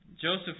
Joseph